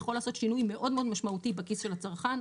יכול לעשות שינוי מאוד מאוד משמעותי בכיס של הצרכן,